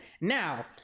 Now